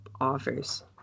offers